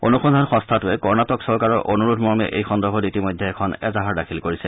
অনুসন্ধান সংস্থাটোৱে কৰ্ণাটক চৰকাৰৰ অনুৰোধমৰ্মে এই সন্দৰ্ভত ইতিমধ্যে এখন এজাহাৰ দাখিল কৰিছে